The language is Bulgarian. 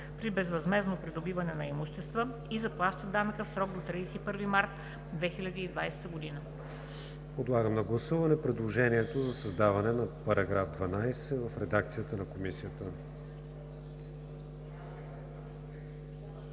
при безвъзмездно придобиване на имущества и заплащат данъка в срок до 31 март 2020 г.“